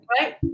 right